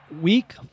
Week